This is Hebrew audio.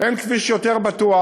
אין כביש יותר בטוח.